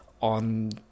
on